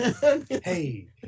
hey